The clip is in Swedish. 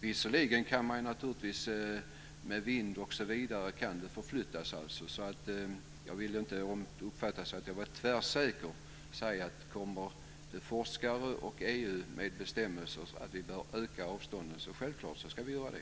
Men visst kan det förflyttas partiklar med vind osv., så jag vill inte uppfattas som tvärsäker. Om forskare och EU kommer med bestämmelser om att avstånden ska ökas ska vi självklart göra det.